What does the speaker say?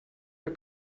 der